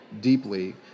deeply